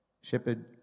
Shepherd